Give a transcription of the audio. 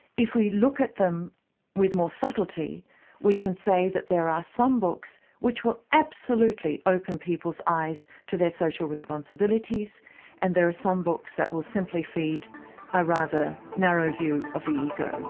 if we look at them with more subtlety we can say that there are some books which will absolutely open people's eyes to their social responsibilities and there are some books that will simply feed a rather narrow view of the ego.